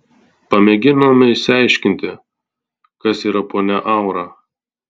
pamėginome išsiaiškinti kas yra ponia aura